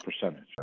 percentage